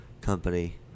company